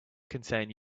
contain